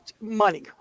money